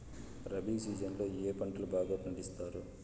rabi season లో ఏ పంటలు బాగా పండిస్తారు